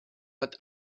but